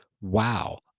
Wow